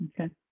Okay